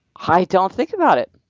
i don't think about it